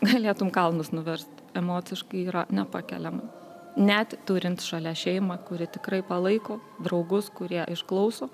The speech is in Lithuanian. galėtum kalnus nuverst emociškai yra nepakeliama net turint šalia šeimą kuri tikrai palaiko draugus kurie išklauso